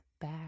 back